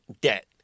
debt